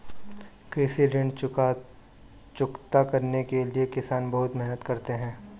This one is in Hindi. कृषि ऋण चुकता करने के लिए किसान बहुत मेहनत करते हैं